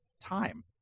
time